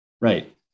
Right